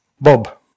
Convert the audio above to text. Bob